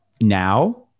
now